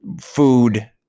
food